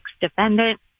defendant